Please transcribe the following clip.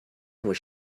was